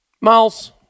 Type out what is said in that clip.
Miles